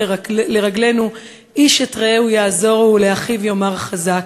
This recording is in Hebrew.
לרגלינו: "איש את רעהו יַעְזֹרוּ ולאחיו יאמר חזק".